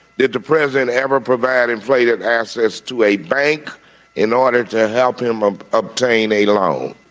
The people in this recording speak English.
did the president ever provide inflated assets to a bank in order to help him um obtain a loan?